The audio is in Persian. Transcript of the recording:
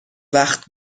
وقت